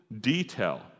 detail